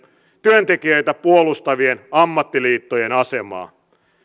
työntekijöitä puolustavien ammattiliittojen asemaa